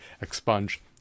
expunge